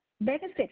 benefit